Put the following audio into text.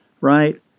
right